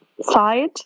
side